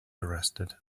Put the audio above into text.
arrested